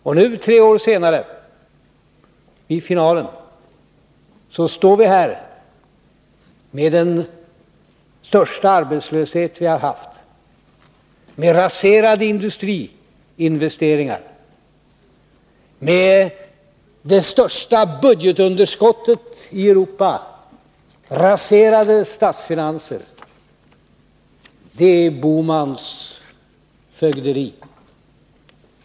Nu, i finalen tre år senare, står vi här med den största arbetslöshet vi någonsin har haft, otillräckliga industriinvesteringar, det största budgetunderskottet i Europa och raserade statsfinanser. Det är Gösta Bohmans fögderi.